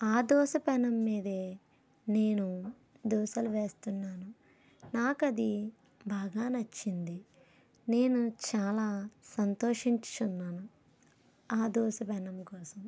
ఆ దోస పెనం మీదే నేను దోసలు వేస్తున్నాను నాకు అది బాగా నచ్చింది నేను చాలా సంతోషిస్తున్నాను ఆ దోస పేనము కోసం